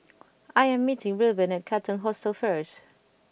I am meeting Reuben at Katong Hostel first